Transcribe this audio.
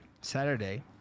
Saturday